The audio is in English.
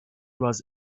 was